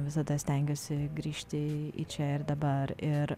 visada stengiuosi grįžti į čia ir dabar ir